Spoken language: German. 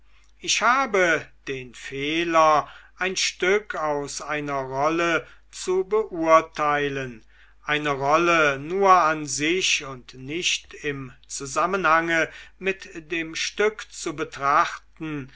ich habe den fehler ein stück aus einer rolle zu beurteilen eine rolle nur an sich und nicht im zusammenhange mit dem stück zu betrachten